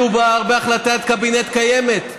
מדובר בהחלטת קבינט קיימת.